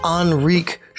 Enrique